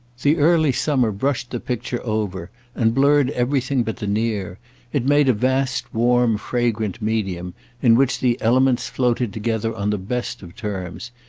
the early summer brushed the picture over and blurred everything but the near it made a vast warm fragrant medium in which the elements floated together on the best of terms,